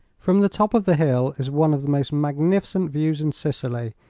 from the top of the hill is one of the most magnificent views in sicily,